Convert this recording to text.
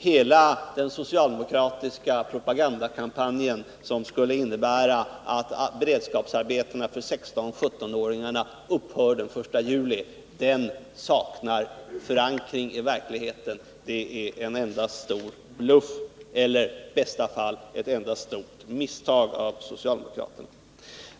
Hela den socialdemokratiska propagandakampanjen, som går ut på att beredskapsarbetena för 16-17-åringar upphör den 1 juli, saknar förankring i verkligheten. Den är en stor bluff eller, i bästa fall, ett stort misstag av socialdemokraterna.